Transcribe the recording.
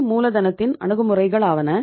பணி மூலதனத்தின் அணுகுமுறைகளாவன